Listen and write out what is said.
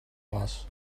was